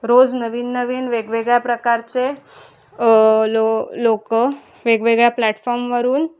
रोज नवीन नवीन वेगवेगळ्या प्रकारचे लो लोक वेगवेगळ्या प्लॅटफॉर्मवरून